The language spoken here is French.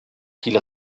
qu’il